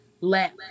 let